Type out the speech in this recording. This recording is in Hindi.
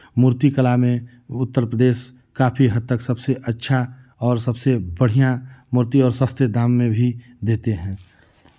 मूर्ति कला में उत्तर प्रदेश काफी हद तक सबसे अच्छा और सबसे बढ़ियाँ मूर्ति और सस्ते दाम में भी देते हैं